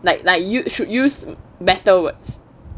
like like you should use better words